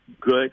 good